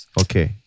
Okay